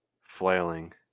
flailing